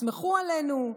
תסמכו עלינו,